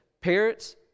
parents